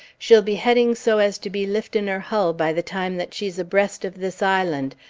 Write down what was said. she'll be heading so as to be liftin' her hull by the time that she's abreast of this island,